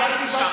הייתי שם,